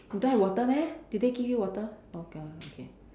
you don't have water meh did they give you water okay okay